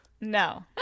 No